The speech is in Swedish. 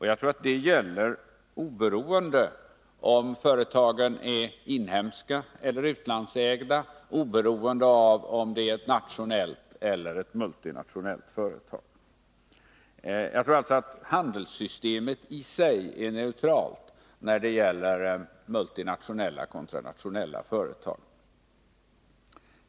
Jag tror att detta gäller oberoende av om företaget är inhemskt eller utlandsägt, oberoende av om det är ett nationellt eller ett multinationellt företag. Jag tror alltså att handelssystemet i sig är neutralt när det gäller multinationella företag kontra nationella företag.